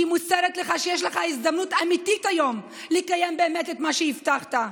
היא מוסרת לך שיש לך הזדמנות אמיתית היום לקיים באמת את מה שהבטחת.